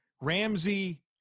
Ramsey